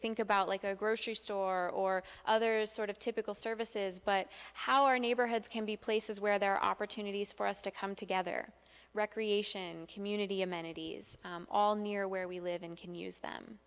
think about like a grocery store or other sort of typical services but how our neighborhoods can be places where there are opportunities for us to come together recreation community amenities all near where we live in can use them